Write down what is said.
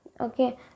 okay